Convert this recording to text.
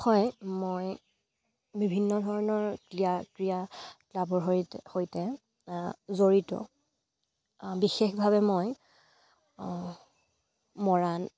হয় মই বিভিন্ন ধৰণৰ ক্ৰীড়া ক্ৰীড়া ক্লাবৰ সৈতে সৈতে জড়িত বিশেষভাৱে মই মৰাণ